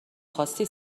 خواستی